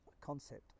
concept